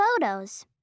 photos